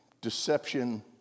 deception